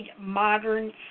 modern